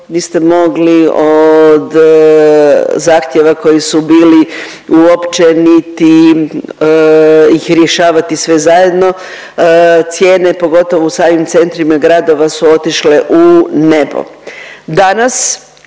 vi ste mogli od zahtjeva koji su bili uopće niti ih rješavati sve zajedno, cijene pogotovo u samim centrima gradova su otišle u nebo.